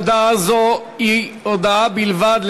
ההודעה הזאת היא הודעה בלבד,